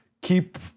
keep